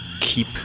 Keep